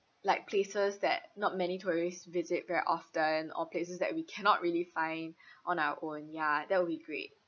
like places that not many tourists visit very often or places that we cannot really find on our own ya that would be great